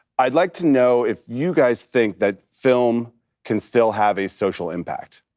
i'd like to know if you guys think that film can still have a social impact.